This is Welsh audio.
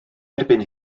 erbyn